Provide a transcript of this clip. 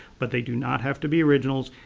but they do not have to be originals.